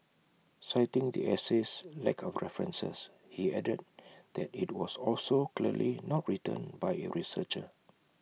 citing the essay's lack of references he added that IT was also clearly not written by A researcher